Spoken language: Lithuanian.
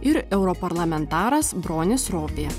ir europarlamentaras bronis ropė